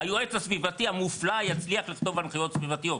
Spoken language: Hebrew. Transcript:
היועץ הסביבתי המופלא יצליח לכתוב הנחיות סביבתיות.